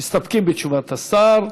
מסתפקים בתשובת השר.